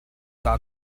kaa